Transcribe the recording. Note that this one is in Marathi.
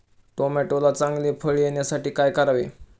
टोमॅटोला चांगले फळ येण्यासाठी काय करावे?